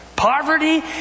poverty